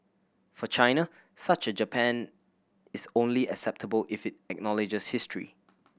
for China such a Japan is only acceptable if it acknowledges history